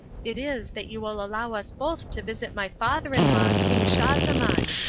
it is that you will allow us both to visit my father-in-law king schahzaman.